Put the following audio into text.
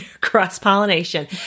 Cross-pollination